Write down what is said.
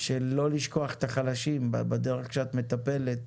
של לא לשכוח את החלשים בדרך שאת מטפלת,